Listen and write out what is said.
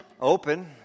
open